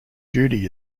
judy